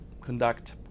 conduct